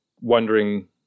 wondering